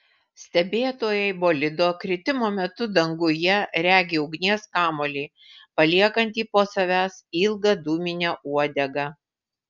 stebėtojai bolido kritimo metu danguje regi ugnies kamuolį paliekantį po savęs ilgą dūminę uodegą